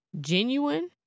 genuine